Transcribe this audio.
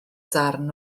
darn